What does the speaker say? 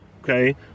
okay